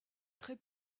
très